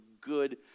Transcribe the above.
good